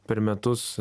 per metus